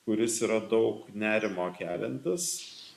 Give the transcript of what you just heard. kuris yra daug nerimo keliantis